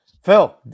Phil